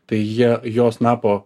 tai jie jo snapo